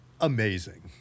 amazing